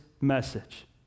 message